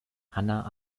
hannah